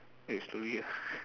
eh slowly ah